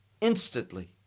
instantly